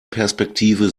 perspektive